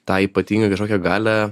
tą ypatingą kažkokią galią